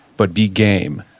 but be game.